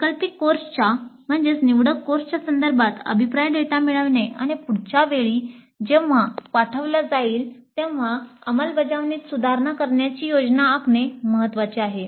वैकल्पिक कोर्सच्या संदर्भात अभिप्राय डेटा मिळविणे आणि पुढच्या वेळी जेव्हा पाठविला जाईल तेव्हा अंमलबजावणीत सुधारणा करण्याची योजना आखणे महत्वाचे आहे